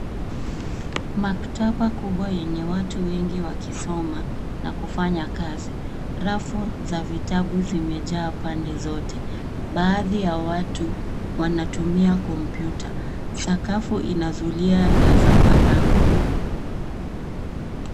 Maktaba kubwa yenye watu wengi wakisoma na kufanya kazi. Rafu za vitabu zimejaa pande zote. Baadhi ya watu wanatumia kompyuta. Sakafu ina zulia la zambarau.